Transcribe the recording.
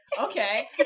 okay